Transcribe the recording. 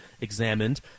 examined